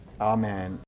amen